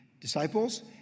disciples